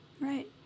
Right